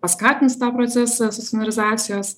paskatins tą procesą stacionarizacijos